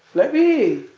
let me